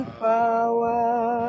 power